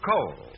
Coal